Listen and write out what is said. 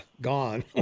gone